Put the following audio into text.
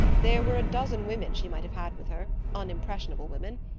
there were a dozen women she might have had with her, unimpressionable women.